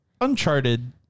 Uncharted